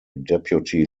deputy